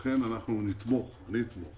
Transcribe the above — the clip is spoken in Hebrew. לכן אנחנו נתמוך ואני אתמוך